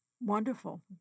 wonderful